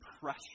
pressure